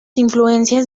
influencias